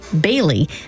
Bailey